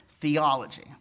theology